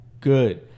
good